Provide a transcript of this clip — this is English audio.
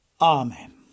Amen